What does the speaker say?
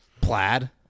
Plaid